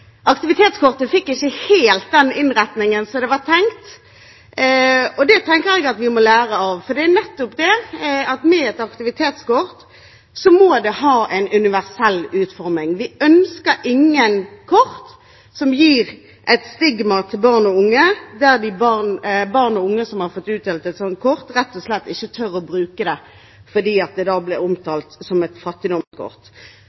aktivitetskortet fikk ikke helt den innretningen som var tenkt. Det må vi lære av. Et aktivitetskort må ha universell utforming. Vi ønsker ikke et kort som gir et stigma til barn og unge, der barn og unge som har fått utdelt et slikt kort, rett og slett ikke tør å bruke det fordi det